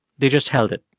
they just held it.